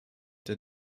der